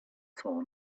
saw